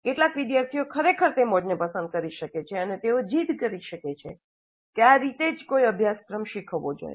કેટલાક વિદ્યાર્થીઓ ખરેખર તે મોડને પસંદ કરી શકે છે અને તેઓ જીદ કરી શકે છે કે આ રીતે જ કોઈ અભ્યાસક્રમ શીખવવો જોઈએ